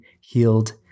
healed